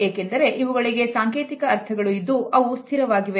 ಏಕೆಂದರೆ ಇವುಗಳಿಗೆ ಸಾಂಕೇತಿಕ ಅರ್ಥಗಳು ಇದ್ದು ಅವು ಸ್ಥಿರವಾಗಿದೆ